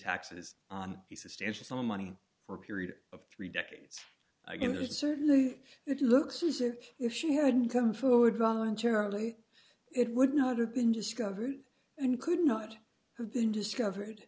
taxes on the substantial sum of money for a period of three dollars decades again there's certainly it looks as if she hadn't come forward voluntarily it would not have been discovered and could not have been discovered